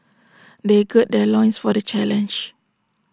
they gird their loins for the challenge